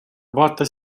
vaata